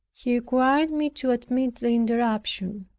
he required me to admit the interruption.